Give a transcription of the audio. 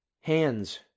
hands